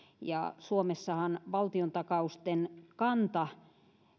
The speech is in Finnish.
ja suomessahan valtiontakausten kanta